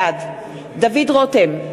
בעד דוד רותם,